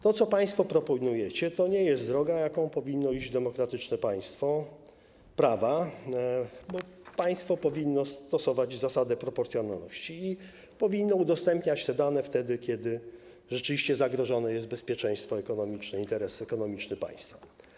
To, co państwo proponujecie, to nie jest droga, którą powinno iść demokratyczne państwo prawa, bo państwo powinno stosować zasadę proporcjonalności i powinno udostępniać te dane wtedy, kiedy rzeczywiście zagrożone jest bezpieczeństwo ekonomiczne, interes ekonomiczny państwa.